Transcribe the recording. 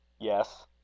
Yes